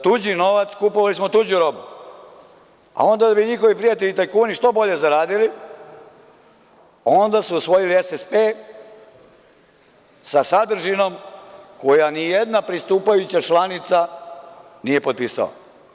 Za tuđi novac, kupovali smo tuđu robu, a onda da bi njihovi prijatelji tajkuni što bolje zaradili, onda su usvojili SSP, sa sadržinom koju nijedna pristupajuća članica nije potpisala.